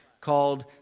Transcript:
called